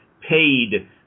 paid